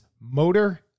Motor